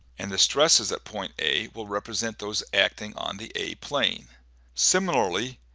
and the stresses at point a will represent those acting on the a plane similarly,